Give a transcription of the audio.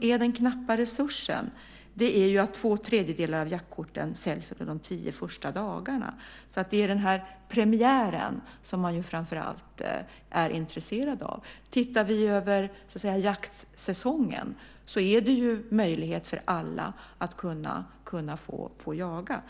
Den knappa resursen är att två tredjedelar av jaktkorten säljs under de tio första dagarna. Det är alltså premiären som man framför allt är intresserad av. Om vi tittar över hela jaktsäsongen ser vi att det finns möjlighet för alla att få jaga.